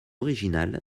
originale